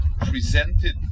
presented